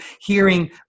hearing